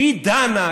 היא דנה,